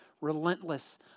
relentless